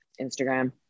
Instagram